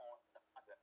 point the